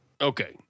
Okay